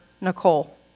Nicole